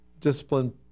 discipline